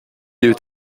eût